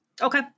Okay